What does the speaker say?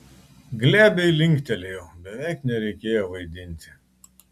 glebiai linktelėjau beveik nereikėjo vaidinti